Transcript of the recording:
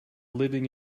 living